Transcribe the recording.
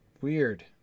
Weird